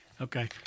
Okay